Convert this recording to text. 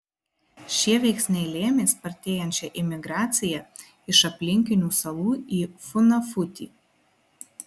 šie veiksniai lėmė spartėjančią imigraciją iš aplinkinių salų į funafutį